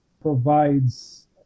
provides